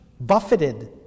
buffeted